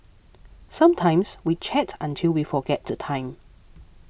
sometimes we chat until we forget the time